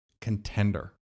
contender